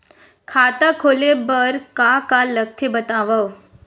खाता खोले बार का का लगथे बतावव?